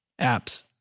apps